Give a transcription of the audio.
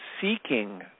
seeking